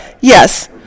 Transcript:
Yes